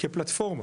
כפלטפורמה